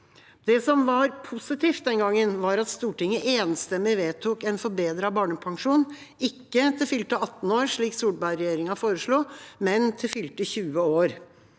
Det som var positivt den gangen, var at Stortinget enstemmig vedtok en forbedret barnepensjon, ikke til fylte 18 år, slik Solberg-regjeringa foreslo, men til fylte 20 år.